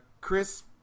Chris